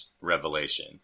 revelation